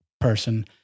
person